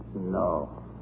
No